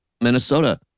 Minnesota